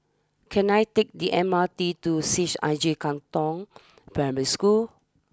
can I take the M R T to C H I J Katong Primary School